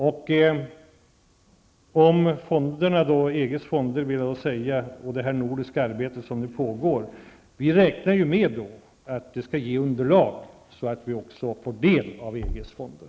När det gäller EGs fonder och det nordiska samarbete som pågår, räknar vi med att få ett underlag som gör det möjligt för oss att kunna få del av EGs fonder.